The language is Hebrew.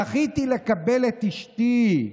'זכיתי לקבל את אשתי,